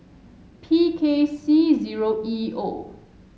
P K C zero E O